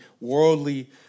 worldly